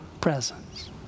presence